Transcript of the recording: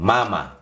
Mama